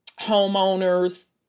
Homeowners